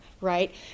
right